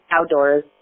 outdoors